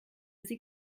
sie